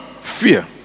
fear